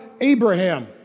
Abraham